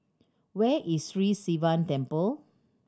where is Sri Sivan Temple